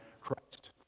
Christ